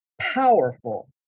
powerful